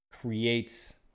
creates